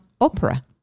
Opera